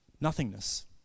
nothingness